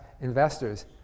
investors